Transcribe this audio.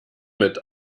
mit